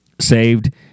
saved